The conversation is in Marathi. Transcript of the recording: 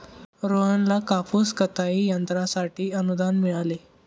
रोहनला कापूस कताई यंत्रासाठी अनुदान मिळाले